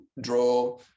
draw